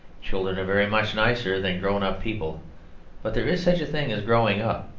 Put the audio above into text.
children are very much nicer than grown-up people but there is such a thing as growing up.